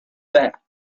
that